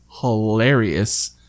hilarious